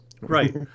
Right